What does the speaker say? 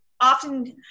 often